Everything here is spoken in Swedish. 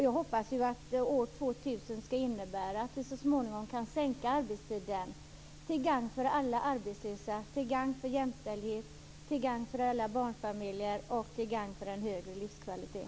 Jag hoppas att år 2000 skall innebära att vi så småningom kan sänka arbetstiden till gagn för alla arbetslösa, till gagn för jämställdhet, till gagn för alla barnfamiljer och till gagn för en högre livskvalitet.